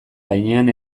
gainean